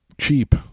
cheap